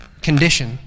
condition